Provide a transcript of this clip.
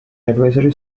advisory